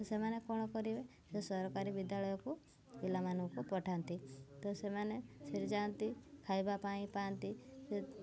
ସେମାନେ କ'ଣ କରିବେ ସେ ସରକାରୀ ବିଦ୍ୟାଳୟକୁ ପିଲାମାନଙ୍କୁ ପଠାନ୍ତି ତ ସେମାନେ ସେଇଠି ଯାଆନ୍ତି ଖାଇବା ପାଇଁ ପାଆନ୍ତି ସେ